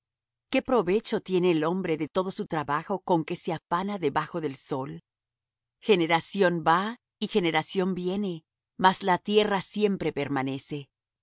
qué provecho tiene el hombre de todo su trabajo con que se afana debajo del sol generación va y generación viene mas la tierra siempre permanece